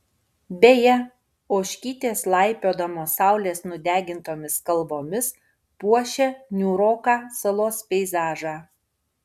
beje ožkytės laipiodamos saulės nudegintomis kalvomis puošia niūroką salos peizažą